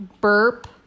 burp